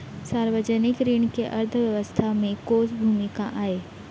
सार्वजनिक ऋण के अर्थव्यवस्था में कोस भूमिका आय?